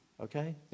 Okay